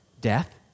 death